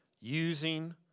Using